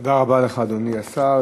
תודה רבה לך, אדוני השר.